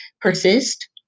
persist